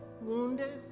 wounded